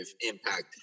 impact